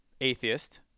Atheist